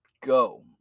go